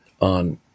on